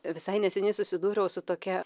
visai neseniai susidūriau su tokia